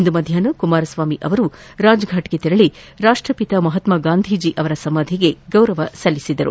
ಇಂದು ಮಧ್ಚಾಹ್ನ ಕುಮಾರಸ್ವಾಮಿ ಅವರು ರಾಜ್ಫಾಟ್ಗೆ ತೆರಳಿ ರಾಷ್ಷಪಿತ ಮಹಾತ್ನ ಗಾಂಧೀಜಿ ಅವರ ಸಮಾಧಿಗೆ ಗೌರವ ಸಲ್ಲಿಸಿದರು